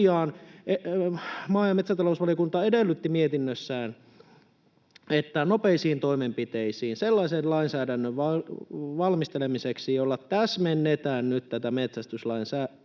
maa- ja metsätalousvaliokunta edellytti mietinnössään, että ryhdytään nopeisiin toimenpiteisiin sellaisen lainsäädännön valmistelemiseksi, jolla täsmennetään nyt tätä metsästyslain sääntelyä